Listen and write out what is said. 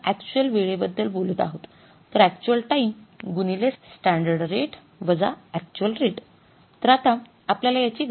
आपण अक्चुअल वेळे बद्दल बोलत आहोत तर अक्चुअल टाईम गुणिले स्टॅंडर्ड रेट वजा actual rate standard rate actual rate